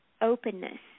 openness